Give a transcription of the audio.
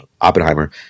Oppenheimer